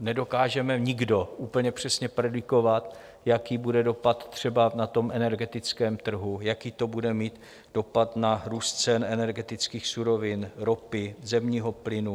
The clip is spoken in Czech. nedokážeme nikdo úplně přesně predikovat, jaký bude dopad třeba na energetickém trhu, jaký to bude mít dopad na růst cen energetických surovin, ropy, zemního plynu.